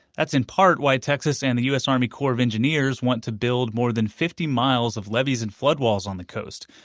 that's in part why texas and the u s. army corps of engineers want to build more than fifty miles of levees and floodwalls on the coast,